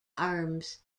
arms